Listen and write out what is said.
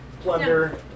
plunder